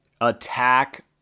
Attack